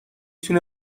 تونه